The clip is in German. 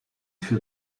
für